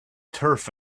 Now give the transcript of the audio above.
turf